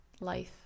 life